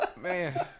Man